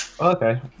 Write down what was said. Okay